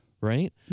Right